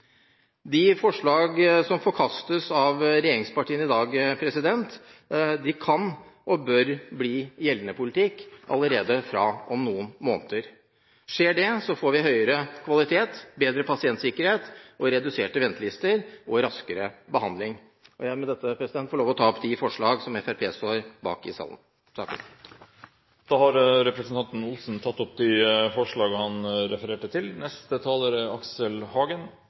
De forslagene som forkastes av regjeringspartiene i dag, kan og bør bli gjeldende politikk allerede om noen måneder. Skjer det, får vi høyere kvalitet, bedre pasientsikkerhet, reduserte ventelister og raskere behandling. Jeg vil med dette ta opp forslagene fra Fremskrittspartiet. Representanten Per Arne Olsen har tatt opp de forslagene han refererte til. I og med at jeg ikke sitter i denne komiteen, har jeg ikke vært med på arbeidet med verken meldinga eller innstillinga, så dette er